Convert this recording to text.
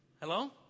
Hello